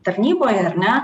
tarnyboje ar ne